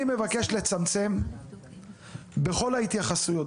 אני מבקש לצמצם בכל ההתייחסויות,